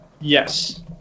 yes